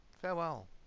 farewell